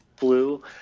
blue